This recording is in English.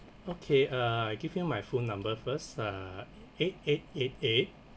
okay uh I give you my phone number first uh eight eight eight eight